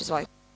Izvolite.